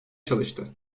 çalıştı